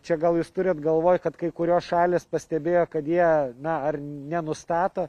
čia gal jūs turit galvoj kad kai kurios šalys pastebėjo kad jie na ar nenustato